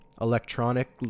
electronic